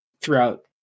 throughout